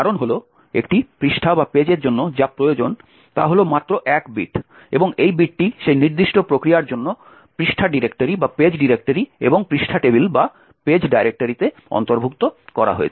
কারণ হল একটি পৃষ্ঠার জন্য যা প্রয়োজন তা হল মাত্র 1 বিট এবং এই বিটটি সেই নির্দিষ্ট প্রক্রিয়ার জন্য পৃষ্ঠা ডিরেক্টরি এবং পৃষ্ঠা টেবিলে অন্তর্ভুক্ত করা হয়েছে